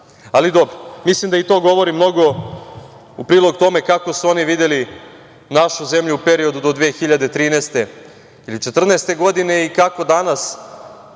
ponašanje. Mislim da i to govori mnogo u prilog tome kako su oni videli našu zemlju u periodu do 2013. ili 2014. godine i kako danas